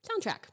soundtrack